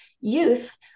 youth